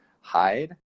hide